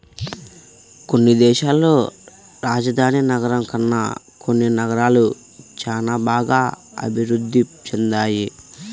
కొన్ని దేశాల్లో రాజధాని నగరం కన్నా కొన్ని నగరాలు చానా బాగా అభిరుద్ధి చెందాయి